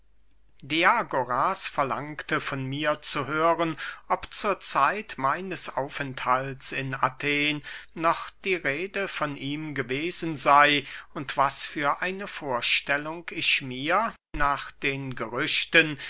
diagoras verlangte von mir zu hören ob zur zeit meines aufenthalts in athen noch die rede von ihm gewesen sey und was für eine vorstellung ich mir nach den gerüchten